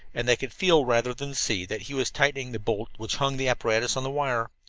and they could feel, rather than see, that he was tightening the bolt which hung the apparatus on the wire.